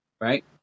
right